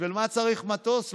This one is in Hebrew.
בשביל מה צריך מטוס?